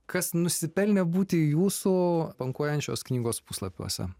kas nusipelnė būti jūsų pankuojančios knygos puslapiuose